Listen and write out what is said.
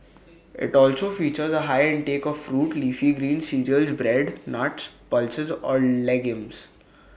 IT also features A high intake of fruit leafy greens cereals bread nuts pulses or legumes